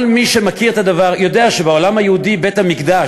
כל מי שמכיר את הדבר יודע שבעולם היהודי בית-המקדש,